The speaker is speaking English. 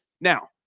Now